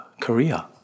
Korea